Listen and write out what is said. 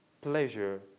pleasure